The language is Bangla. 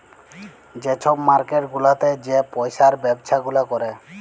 যে ছব মার্কেট গুলাতে যে পইসার ব্যবছা গুলা ক্যরে